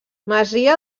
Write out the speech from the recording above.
masia